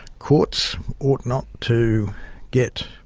courts ought not to get